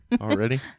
already